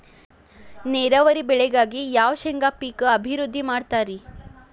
ನೇರಾವರಿ ಬೆಳೆಗಾಗಿ ಯಾವ ಶೇಂಗಾ ಪೇಕ್ ಅಭಿವೃದ್ಧಿ ಮಾಡತಾರ ರಿ?